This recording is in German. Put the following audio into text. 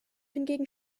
hingegen